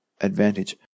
advantage